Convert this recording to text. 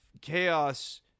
chaos